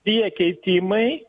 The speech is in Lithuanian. tie keitimai